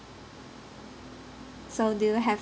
so do you have